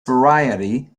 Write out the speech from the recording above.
variety